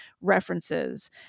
references